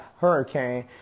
hurricane